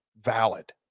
valid